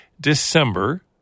December